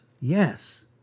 Yes